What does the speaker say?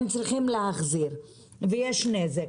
הם צריכים להחזיר ויש נזק.